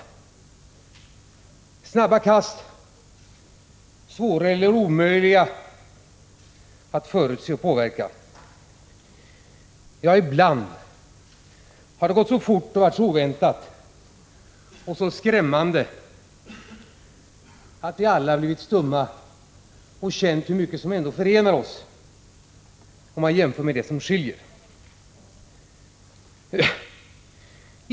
Det har förekommit snabba kast, svåra eller omöjliga att förutse och påverka, ja, ibland har det som hänt gått så fort och varit så oväntat och så skrämmande att vi alla blivit stumma och känt hur mycket som ändå förenar oss jämfört med det som skiljer.